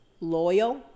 loyal